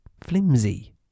flimsy